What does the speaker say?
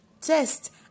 test